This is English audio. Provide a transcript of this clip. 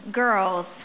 girls